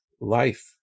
life